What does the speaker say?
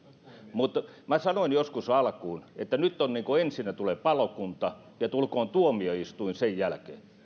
mutta sanoin joskus alkuun että nyt ensinnä tulee palokunta ja tulkoon tuomioistuin sen jälkeen